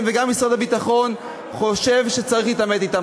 וגם משרד הביטחון חושב שצריך להתעמת אתם.